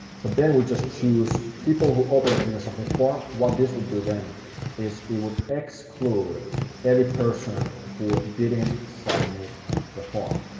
so then we just choose people who opened but didn't submit form, what this would do then is it would exclude every person who didn't submit the form.